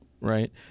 right